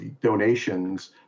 donations